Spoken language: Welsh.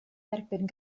derbyn